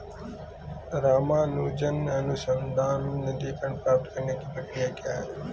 रामानुजन अनुसंधान निधीकरण प्राप्त करने की प्रक्रिया क्या है?